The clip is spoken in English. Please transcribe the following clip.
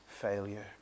Failure